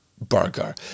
burger